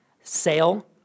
sale